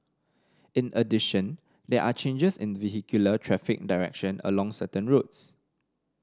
in addition there are changes in the vehicular traffic direction along certain roads